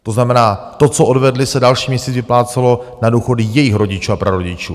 To znamená, to, co odvedli, se další měsíc vyplácelo na důchody jejich rodičů a prarodičů.